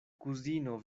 kuzino